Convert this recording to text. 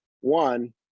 one